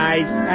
Nice